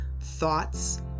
thoughts